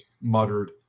muttered